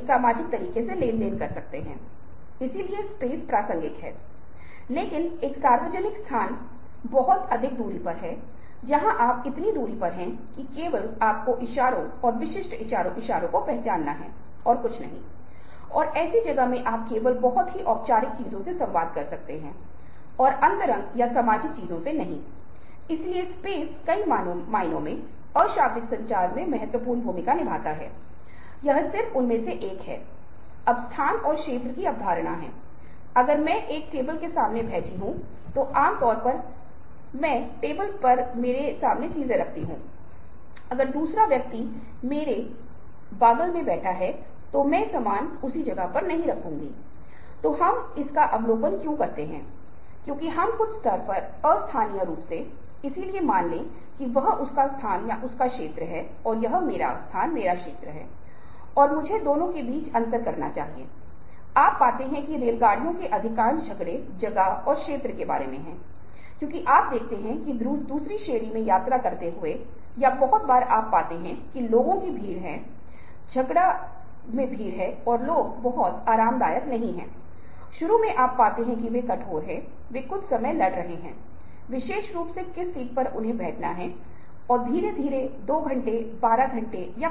कृपया हमारे चर्चा मंच को देखें दिए गए लिंक और कृपया इसका एक हिस्सा बनें क्योंकि आपकी मदद से ही हम हेरफेर अनुनय के बारे में कुछ खास पहलुओं और हमारे विचारों को बदलने के तरीके के बारे में जानने के लिए कुछ बहुत ही रोमांचक शोध करने जा रहे हैं विभिन्न प्रकार के पूर्वाग्रह जो बनते हैं और यह केवल तभी हो सकता है जब आप नियमित असाइनमेंट के अलावा अन्य विभिन्न गतिविधियों में स्वेच्छा से भाग लेते हैं जो हम आपको देने जा रहे हैं और यदि आप बड़ी संख्या में ऐसा करते हैं तो ही हम परिणाम विश्लेषण कर पाएंगे और अगले सप्ताह परिणाम निष्कर्षों के साथ आपके पास वापस आते हैं जो बहुत ही रोमांचक होगा क्योंकि हम सहयोग में काम करेंगे कुछ विशेष प्रश्नों को हल करने की कोशिश करेंगे जो हमने इस विशेष